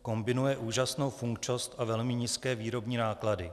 Kombinuje úžasnou funkčnost a velmi nízké výrobní náklady.